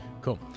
Cool